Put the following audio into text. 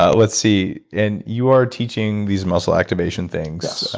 ah let's see, and you are teaching these muscle activation things.